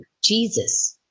Jesus